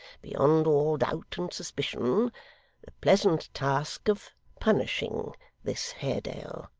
beyond all doubt and suspicion the pleasant task of punishing this haredale.